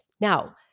Now